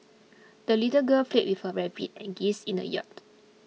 the little girl played with her rabbit and geese in the yard